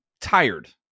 tired